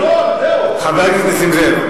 חבר הכנסת נסים זאב,